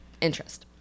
interest